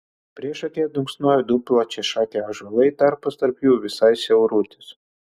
priešakyje dunksojo du plačiašakiai ąžuolai tarpas tarp jų visai siaurutis